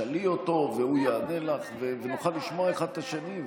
תשאלי אותו והוא יענה לך ונוכל לשמוע אחד את השני,